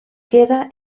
queda